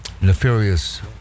nefarious